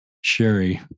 Sherry